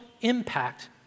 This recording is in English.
impact